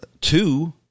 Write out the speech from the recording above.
two